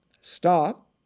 Stop